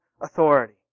authority